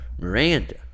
Miranda